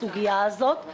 בסוגיה הזאת.